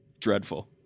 dreadful